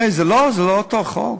זה לא אותו חוק?